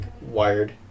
wired